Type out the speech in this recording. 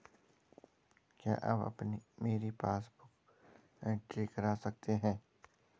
क्या आप मेरी पासबुक बुक एंट्री कर सकते हैं?